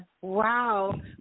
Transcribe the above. Wow